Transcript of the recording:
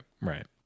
Right